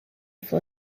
for